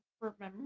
remember